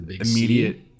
immediate